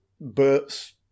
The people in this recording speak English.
Bert's